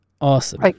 Awesome